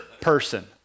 person